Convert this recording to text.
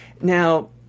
Now